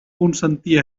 consentir